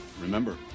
remember